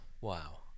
Wow